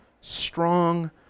strong